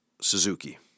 Suzuki